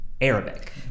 Arabic